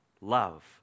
love